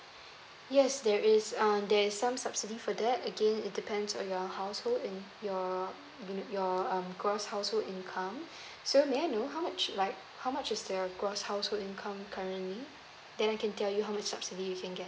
yes there is uh there is some subsidy for that again it depends on your household in your mm your um gross household income so may I know how much like how much is the gross household income currently then I can tell you how much subsidy you can get